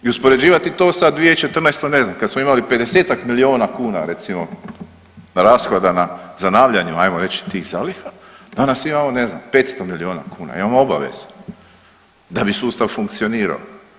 I uspoređivati to sa 2014. ne znam kad smo imali 50-ak miliona kuna recimo rashoda na zanavljanju ajmo reći tih zaliha, danas imamo ne znam 500 miliona kuna, imamo obavezu da bi sustav funkcionirao.